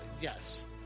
Yes